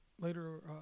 later